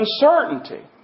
uncertainty